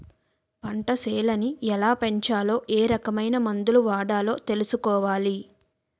పంటసేలని ఎలాపెంచాలో ఏరకమైన మందులు వాడాలో తెలుసుకోవాలి